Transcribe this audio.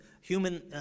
human